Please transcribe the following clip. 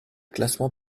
classement